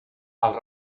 els